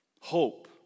hope